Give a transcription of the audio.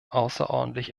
außerordentlich